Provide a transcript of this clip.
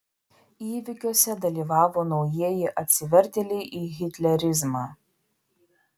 įvykiuose dalyvavo naujieji atsivertėliai į hitlerizmą